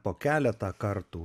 po keletą kartų